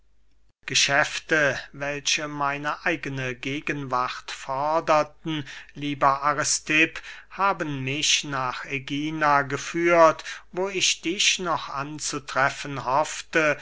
geschäfte welche meine eigene gegenwart forderten lieber aristipp haben mich nach ägina geführt wo ich dich noch anzutreffen hoffte